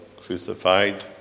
crucified